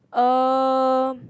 um